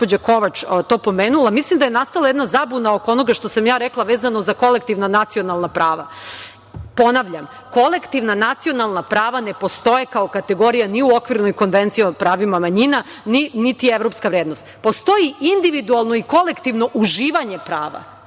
gospođa Kovač je to pomenula, mislim da je nastala jedna zabuna oko onoga što sam ja rekla za kolektivna nacionalna prava. Ponavljam, kolektivna nacionalna prava ne postoje kao kategorija ni u Okvirnoj konvenciji o pravima manjina, niti je evropska vrednost. Postoji individualno i kolektivno uživanje prava.